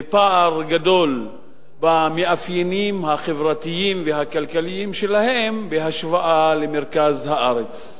פער גדול במאפיינים החברתיים והכלכליים שלהם בהשוואה למרכז הארץ.